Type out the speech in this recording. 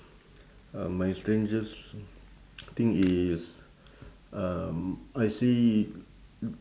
uh my strangest thing is um I see